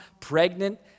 pregnant